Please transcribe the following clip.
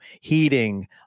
heating